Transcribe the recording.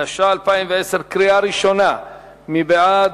התש"ע 2010, מי בעד?